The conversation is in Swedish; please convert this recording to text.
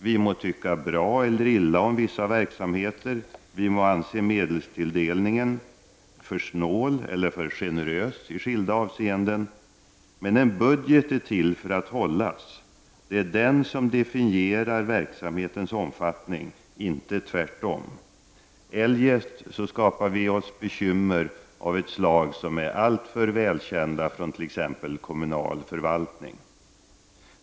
Vi må tycka bra eller illa om vissa verksamheter, vi må anse medelstilldelningen för snål eller för generös i skilda avseenden. Men en budget är till för att hållas; det är den som definierar verksamhetens omfattning, inte tvärtom. Eljest skapar vi oss bekymmer av ett slag som är alltför välkänt från t.ex. kommunal förvaltning.